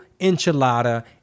enchilada